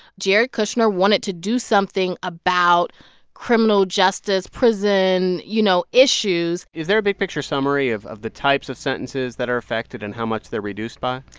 jared kushner wanted to do something about criminal justice, prison, you know, issues is there a big-picture summary of of the types of sentences that are affected and how much they're reduced by?